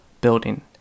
Building